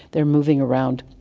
they are moving around.